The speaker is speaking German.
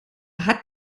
hat